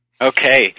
Okay